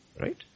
Right